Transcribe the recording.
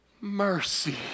Mercy